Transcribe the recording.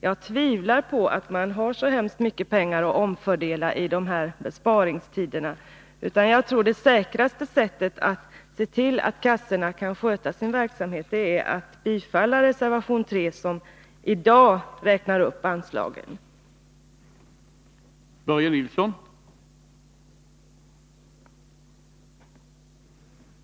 Jag tvivlar på att det finns så 20 maj 1983 mycket pengar att omfördela i dessa besparingstider. Det säkraste sättet att se till att kassorna kan sköta sin verksamhet åstadkommer vi nog genom att A rbetsfördelbifalla reservation 3, i vilken föreslås en uppräkning av anslagen redan i